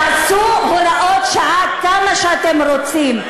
תעשו הוראות שעה כמה שאתם רוצים,